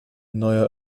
neuer